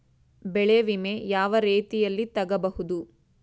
ಬೆಳೆ ವಿಮೆ ಯಾವ ರೇತಿಯಲ್ಲಿ ತಗಬಹುದು?